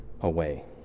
away